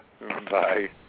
Bye